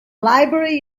library